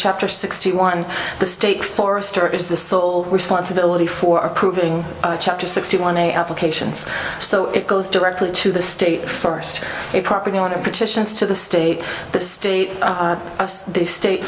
chapter sixty one the state forester is the sole responsibility for approving chapter sixty one a applications so it goes directly to the state first a property owner petitions to the state that state the state